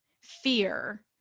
fear